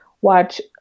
watch